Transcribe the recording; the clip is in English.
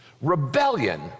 Rebellion